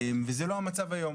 וזה לא המצב היום.